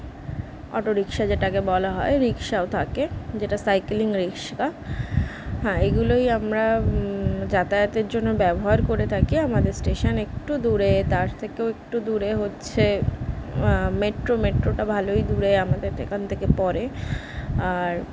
autorickshaw যেটাকে বলা হয় রিক্সাও থাকে যেটা সাইকিলিং রিক্সা হ্যাঁ এগুলোই আমরা যাতায়াতের জন্য ব্যবহার করে থাকি আমাদের স্টেশন একটু দূরে তার থেকেও একটু দূরে হচ্ছে মেট্রো মেট্রোটা ভালোই দূরে আমাদের থে এখান থেকে পড়ে আর